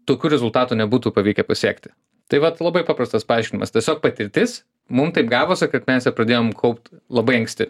tokiųrezultatų nebūtų pavykę pasiekti tai vat labai paprastas paaiškinimas tiesiog patirtis mum taip gavosi kad mes ją pradėjom kaupt labai anksti